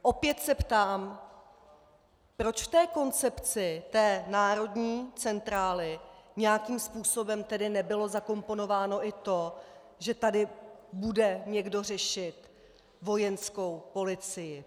Opět se ptám proč v koncepci té národní centrály nějakým způsobem nebylo zakomponováno i to, že tady bude někdo řešit Vojenskou polici?